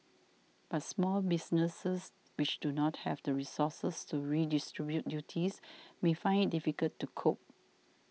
but small businesses which do not have the resources to redistribute duties may find it difficult to cope